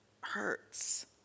hurts